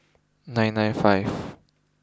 nine nine five